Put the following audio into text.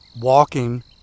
walking